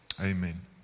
Amen